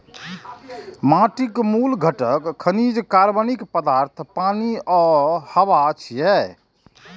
माटिक मूल घटक खनिज, कार्बनिक पदार्थ, पानि आ हवा छियै